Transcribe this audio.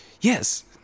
Yes